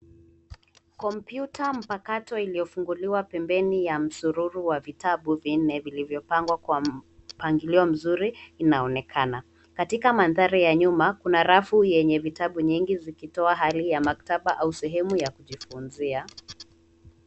Kompyuta mpakato iliyofunguliwa pembeni ya msururu wa vitabu vinne vilivyopangwa kwa mpangilio mzuri inaonekana. Katika mandhari ya nyuma kuna rafu yenye vitabu nyingi vikitoa hali ya maktaba au sehemu ya kujifunzia.